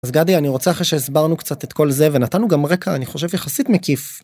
אז גדי אני רוצה אחרי שהסברנו קצת את כל זה ונתנו גם רקע אני חושב יחסית מקיף.